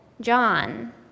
John